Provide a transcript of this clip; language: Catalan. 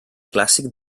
clàssic